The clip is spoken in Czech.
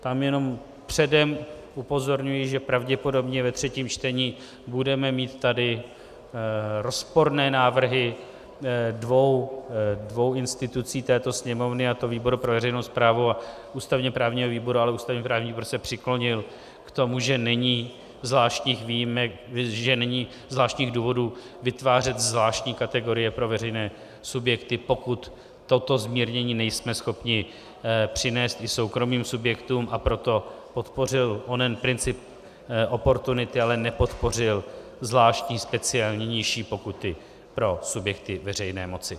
Tam jenom předem upozorňuji, že pravděpodobně ve třetím čtení budeme mít tady rozporné návrhy dvou institucí této Sněmovny, a to výboru pro veřejnou správu a ústavněprávního výboru, ale ústavněprávní výbor se přiklonil k tomu, že není zvláštních důvodů vytvářet zvláštní kategorie pro veřejné subjekty, pokud toto zmírnění nejsme schopni přinést i soukromým subjektům, a proto podpořil onen princip oportunity, ale nepodpořil zvláštní, speciální nižší pokuty pro subjekty veřejné moci.